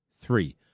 Three